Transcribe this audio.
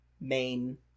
main